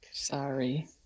Sorry